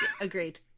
Agreed